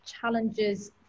challenges